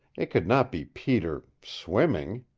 it could not be peter swimming!